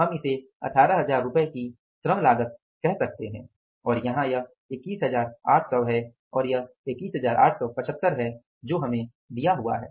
हम इसे 18000 रुपये की श्रम लागत कह सकते हैं और यहां यह 21800 और 21875 है जो हमें दिया हुआ है